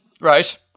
Right